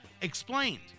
explained